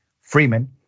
Freeman